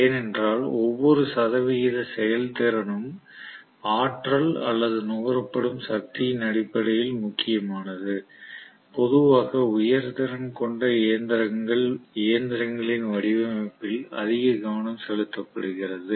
ஏனென்றால் ஒவ்வொரு சதவிகித செயல்திறனும் ஆற்றல் அல்லது நுகரப்படும் சக்தியின் அடிப்படையில் முக்கியமானது பொதுவாக உயர் திறன் கொண்ட இயந்திரங்களின் வடிவமைப்பில் அதிக கவனம் செலுத்தப்படுகிறது